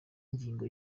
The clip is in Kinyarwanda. ngingo